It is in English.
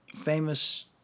famous